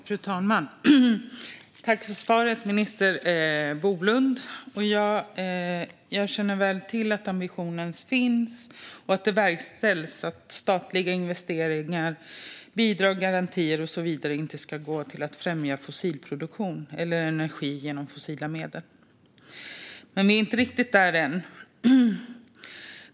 Fru talman! Tack för svaret, minister Bolund! Jag känner väl till att ambitionen finns att statliga investeringar, bidrag, garantier och så vidare inte ska gå till att främja fossilproduktion eller energi genom fossila medel. Men vi är inte riktigt där ännu.